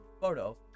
photo